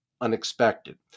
unexpected